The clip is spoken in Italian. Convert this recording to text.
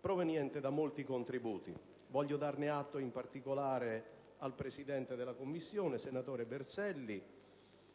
proveniente da molti contributi. Voglio darne atto in particolare al presidente della Commissione, senatore Berselli,